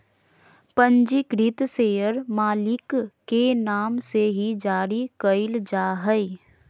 पंजीकृत शेयर मालिक के नाम से ही जारी क़इल जा हइ